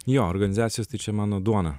jo organizacijos tai čia mano duona